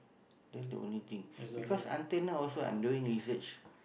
that's the only thing because until now also I'm doing research